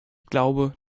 glaube